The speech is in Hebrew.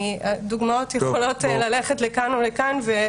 דוגמאות יכולות ללכת לכאן ולכאן.